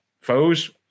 foes